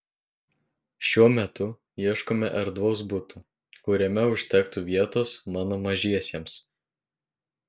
šiuo metu ieškome erdvaus buto kuriame užtektų vietos mano mažiesiems